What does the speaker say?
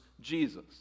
Jesus